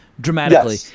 dramatically